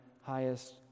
highest